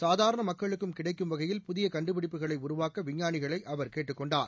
சாதாரண மக்களுக்கும் கிடைக்கும் வகையில் புதிய கண்டுபிடிப்புகளை உருவாக்க விஞ்ஞானிகளை அவர் கேட்டுக் கொண்டார்